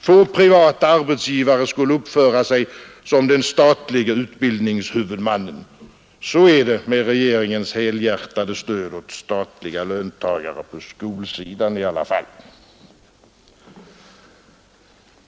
Få privata arbetsgivare skulle uppföra sig som den statlige utbildningshuvudmannen. Så är det med regeringens helhjärtade stöd åt statliga löntagare, i varje fall på skolsidan.